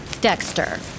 Dexter